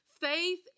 Faith